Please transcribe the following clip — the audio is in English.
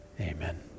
Amen